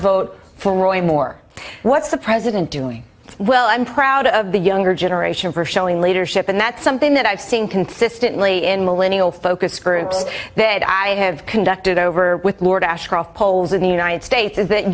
vote for roy moore what's the president doing well i'm proud of the younger generation for showing leadership and that's something that i've seen consistently in millennial focus groups that i have conducted over with lord ashcroft polls in the united states is